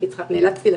נאלצתי לצאת.